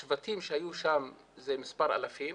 השבטים שהיו שם זה מספר אלפים.